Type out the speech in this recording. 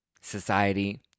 society